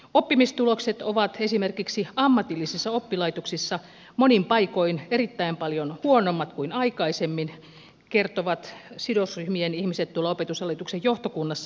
oppimistulokset ovat esimerkiksi ammatillisissa oppilaitoksissa monin paikoin erittäin paljon huonommat kuin aikaisemmin kertovat sidosryhmien ihmiset tuolla opetushallituksen johtokunnassa